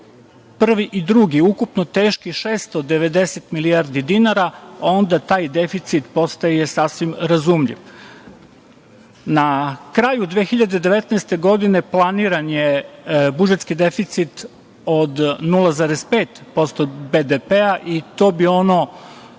prvi i drugi, ukupno teški 690 milijardi dinara, onda taj deficit postaje sasvim razumljiv. Na kraju 2019. godine planiran je budžetski deficit od 0,5% BDP-a i to je ono